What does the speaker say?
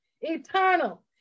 eternal